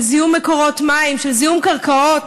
של זיהום מקורות מים, של זיהום קרקעות,